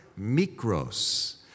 mikros